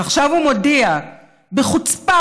ועכשיו הוא מודיע, בחוצפה